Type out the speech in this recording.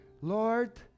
Lord